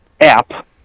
app